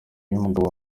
y’umugabo